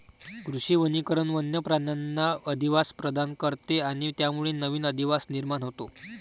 कृषी वनीकरण वन्य प्राण्यांना अधिवास प्रदान करते आणि त्यामुळे नवीन अधिवास निर्माण होतो